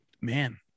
man